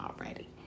already